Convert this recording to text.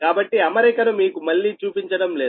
కాబట్టి అమరికను మీకు మళ్ళీ చూపించటం లేదు